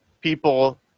people